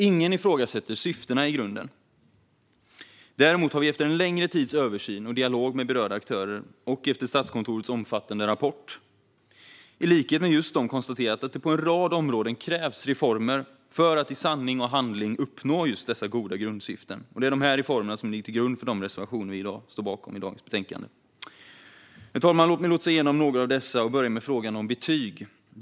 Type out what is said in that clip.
Ingen ifrågasätter syftena i grunden; däremot har vi efter en längre tids översyn och dialog med berörda aktörer, samt efter Statskontorets omfattande rapport, i likhet med just Statskontoret konstaterat att det på en rad områden krävs reformer för att i sanning och handling uppnå dessa goda grundsyften. Det är dessa reformbehov som ligger till grund för de reservationer vi står bakom i dag. Herr talman! Låt mig lotsa oss igenom några av dessa och börja med frågan om betyg.